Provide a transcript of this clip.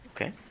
Okay